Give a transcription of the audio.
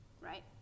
right